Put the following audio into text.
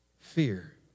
fear